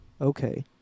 okay